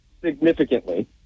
significantly